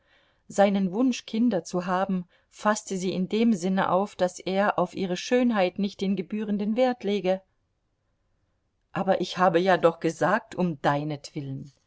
seinen wunsch kinder zu haben faßte sie in dem sinne auf daß er auf ihre schönheit nicht den gebührenden wert lege aber ich habe ja doch gesagt um